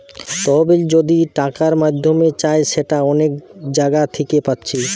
তহবিল যদি টাকার মাধ্যমে চাই সেটা অনেক জাগা থিকে পাচ্ছি